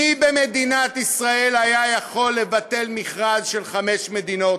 מי במדינת ישראל היה יכול לבטל מכרז של חמש מדינות?